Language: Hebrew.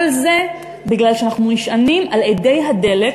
כל זה מפני שאנחנו נשענים על אדי הדלק